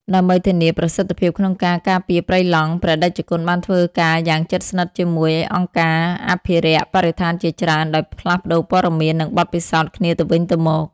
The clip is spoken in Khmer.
ដើម្បីធានាប្រសិទ្ធភាពក្នុងការការពារព្រៃឡង់ ព្រះតេជគុណបានធ្វើការយ៉ាងជិតស្និទ្ធជាមួយ អង្គការអភិរក្សបរិស្ថានជាច្រើន ដោយផ្លាស់ប្ដូរព័ត៌មាន និងបទពិសោធន៍គ្នាទៅវិញទៅមក។